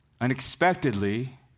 Unexpectedly